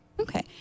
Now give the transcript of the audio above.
Okay